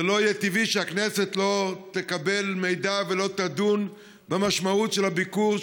לא יהיה טבעי שהכנסת לא תקבל מידע ולא תדון במשמעות של הביקור,